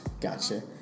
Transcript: gotcha